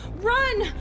Run